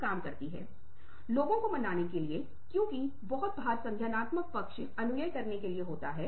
विसंगतियों के लिए सुनो क्योंकि यह बहुत महत्वपूर्ण है जब आप किसी भी तरह का लेनदेन कर रहे हैं